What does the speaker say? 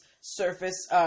surface